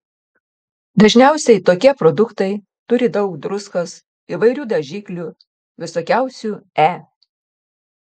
dažniausiai tokie produktai turi daug druskos įvairių dažiklių visokiausių e